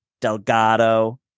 Delgado